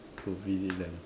to visit them